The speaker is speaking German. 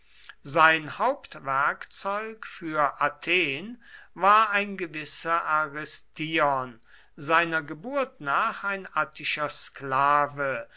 sein hauptwerkzeug für athen war ein gewisser aristion seiner geburt nach ein attischer sklave